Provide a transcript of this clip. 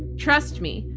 trust me,